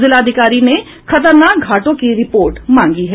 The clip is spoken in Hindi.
जिलाधिकारी ने खतरनाक घाटों की रिपोर्ट मांगी है